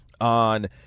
on